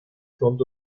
front